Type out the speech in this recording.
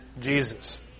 jesus